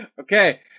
Okay